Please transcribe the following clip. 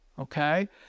okay